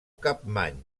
capmany